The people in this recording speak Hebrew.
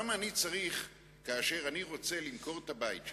למה אני צריך, כאשר אני רוצה למכור את הבית שלי,